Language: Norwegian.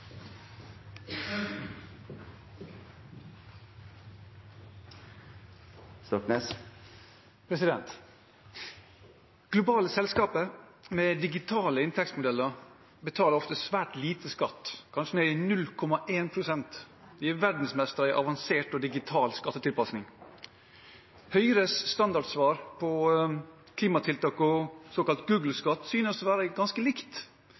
Globale selskaper med digitale inntektsmodeller betaler ofte svært lite skatt, kanskje ned i 0,1 pst. De er verdensmestere i avansert og digital skattetilpasning. Høyres standardsvar på klimatiltak og på såkalt Google-skatt synes å være ganske likt: